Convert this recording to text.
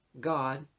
God